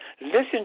listen